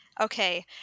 Okay